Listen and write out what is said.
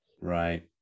Right